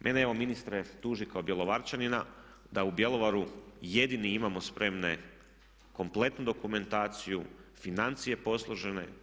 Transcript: Mene evo ministre tuži kao Bjelovarčanina da u Bjelovaru jedini imamo spremne kompletnu dokumentaciju, financije posložene.